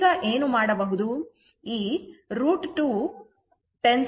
ಈಗ ಏನು ಮಾಡಬಹುದು